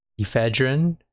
ephedrine